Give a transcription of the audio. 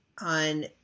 on